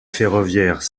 ferroviaire